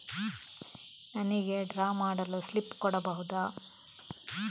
ನನಿಗೆ ಡ್ರಾ ಮಾಡಲು ಸ್ಲಿಪ್ ಕೊಡ್ಬಹುದಾ?